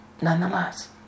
nonetheless